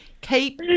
keep